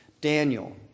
Daniel